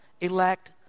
elect